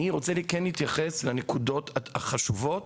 אני רוצה להתייחס לנקודות החשובות.